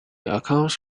accounts